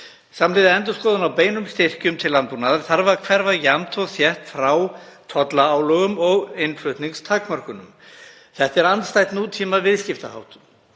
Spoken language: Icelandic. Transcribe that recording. Samhliða endurskoðun á beinum styrkjum til landbúnaðar þarf að hverfa jafnt og þétt frá tollaálögum og innflutningstakmörkunum. Þetta er andstætt nútímaviðskiptaháttum.